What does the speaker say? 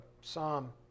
Psalm